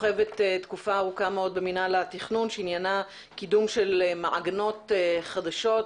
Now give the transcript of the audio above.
שוכבת תקופה ארוכה מאוד במינהל התכנון שעניינה קידום של מעגנות חדשות,